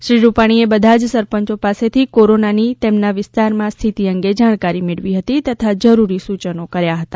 શ્રી રૂપાણીએ બધા જ સરપંચો પાસેથી કોરોનાની તેમના વિસ્તારમાં સ્થિતિ અંગે જાણકારી મેળવી હતી તથા જરૂરી સુયનો કર્યા હતા